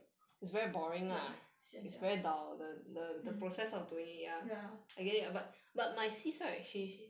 ya sian sia mm ya